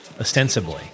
ostensibly